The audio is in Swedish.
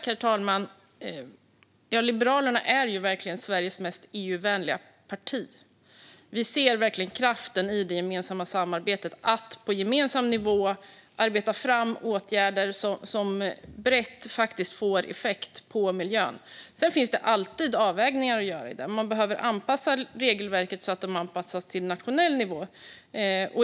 Herr talman! Ja, Liberalerna är verkligen Sveriges mest EU-vänliga parti. Vi ser verkligen kraften i det gemensamma samarbetet, i att på gemensam nivå arbeta fram åtgärder som brett får effekt på miljön. Sedan finns det alltid avvägningar att göra. Man behöver anpassa regelverk till nationell nivå.